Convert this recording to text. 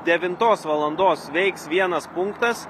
devintos valandos veiks vienas punktas